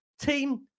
team